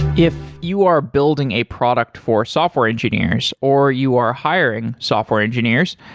if you are building a product for software engineers, or you are hiring software engineers,